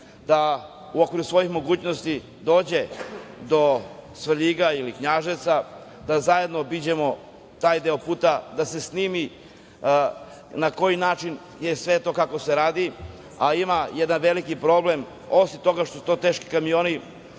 da u okviru svojih mogućnosti da dođe do Svrljiga ili Knjaževca, da zajedno obiđemo taj deo puta, da se snimi na koji način je sve to i kako se radi, a ima jedan veliki problem. Osim toga što su to teški kamioni,